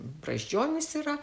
brazdžionis yra